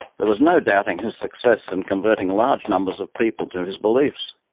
there was no doubting his success in converting large numbers of people to his beliefs.